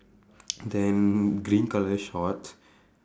then green colour shorts